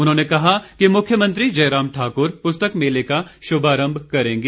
उन्होंने कहा कि मुख्यमंत्री जयराम ठाकुर पुस्तक मेले का शुभारम्भ करेंगे